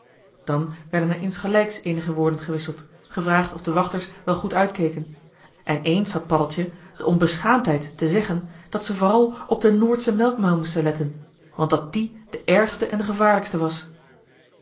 dan werden er insgelijks eenige woorden gewisseld gevraagd of de wachters wel goed uitkeken en eens had paddeltje de onbeschaamdheid te zeggen dat ze vooral op den noordschen melkmuil moesten letten want dat die de ergste en de gevaarlijkste was